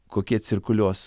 kokie cirkuliuos